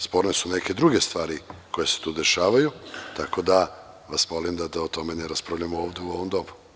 Sporne su neke druge stvari koje se tu dešavaju, tako da vas molim da o tome ne raspravljamo ovde u ovom domu.